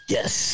Yes